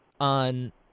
On